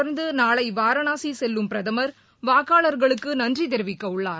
தொடர்ந்துநாளைவாரணாசிசெல்லும் இதனைத் பிரதமர் வாக்காளர்களுக்குநன்றிதெரிவிக்கவுள்ளார்